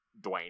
Dwayne